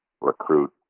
recruit